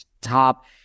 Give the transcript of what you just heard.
top